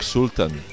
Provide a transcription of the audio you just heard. Sultan